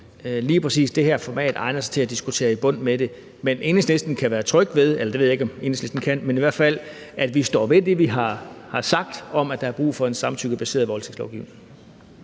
lige præcis det her format egner sig for at diskutere det til bunds. Men Enhedslisten kan være tryg ved, eller det ved jeg ikke om Enhedslisten kan, at vi i hvert fald står ved det, vi har sagt, om, at der er brug for en samtykkebaseret voldtægtslovgivning.